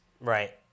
Right